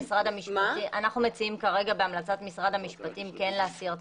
אנחנו מציעים כרגע בהמלצת משרד המשפטים כן להסיר את